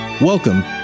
Welcome